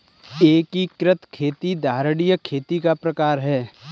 एकीकृत खेती धारणीय खेती का प्रकार है